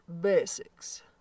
basics